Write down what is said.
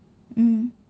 mm